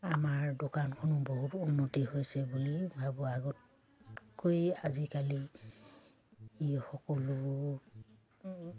আমাৰ দোকানখনো বহুত উন্নতি হৈছে বুলি ভাবোঁ আগতকৈ আজিকালি ই সকলো